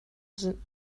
sind